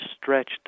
stretched